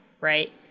right